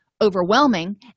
overwhelming